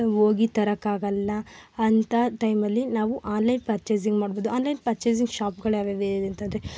ಹೋಗಿ ತರೋಕ್ಕಾಗಲ್ಲ ಅಂಥ ಟೈಮಲ್ಲಿ ನಾವು ಆನ್ಲೈನ್ ಪರ್ಚೆಸಿಂಗ್ ಮಾಡ್ಬೋದು ಆನ್ಲೈನ್ ಪರ್ಚೆಸಿಂಗ್ ಶಾಪ್ಗಳು ಯಾವ್ಯಾವು ಇವೆ ಅಂತಂದರೆ